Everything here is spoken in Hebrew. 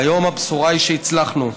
היום הבשורה היא שהצלחנו.